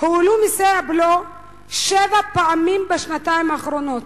הועלו מסי הבלו שבע פעמים בשנתיים האחרונות.